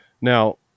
now